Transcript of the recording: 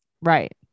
right